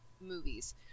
movies